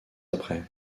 après